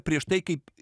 prieš tai kaip